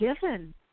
given